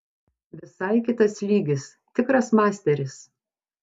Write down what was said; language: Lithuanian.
visai kitas lygis tikras masteris